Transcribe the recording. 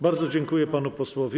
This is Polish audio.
Bardzo dziękuję panu posłowi.